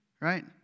right